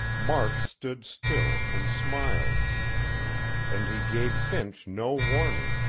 mark stood still and smiled and he gave finch no warning,